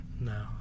No